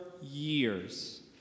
years